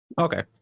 okay